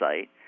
site